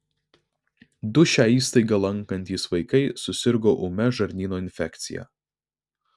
du šią įstaigą lankantys vaikai susirgo ūmia žarnyno infekcija